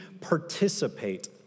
participate